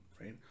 right